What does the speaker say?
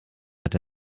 hat